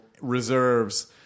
reserves